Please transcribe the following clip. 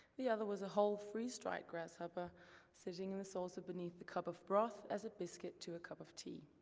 the other was a whole freeze-dried grasshopper sitting in the saucer beneath the cup of broth as a biscuit to a cup of tea.